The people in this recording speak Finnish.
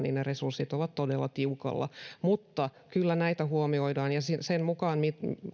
ne resurssit ovat todella tiukalla mutta kyllä näitä huomioidaan sitä mukaa